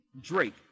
Drake